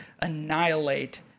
annihilate